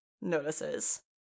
notices